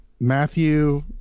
Matthew